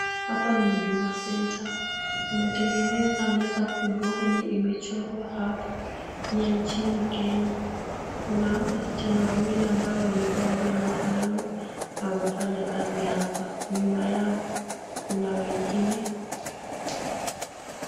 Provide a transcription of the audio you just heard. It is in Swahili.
Hapa ni Huduma Center .Wametengeneza meza kubwa yenye imechorwa hapo ni ya nchini Kenya. Kuna wasichana wawili ambao wamevaa nguo inayofanana na wanafanya kazi hapa. Nyuma yao kuna wengine.